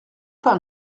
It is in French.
pas